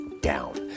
down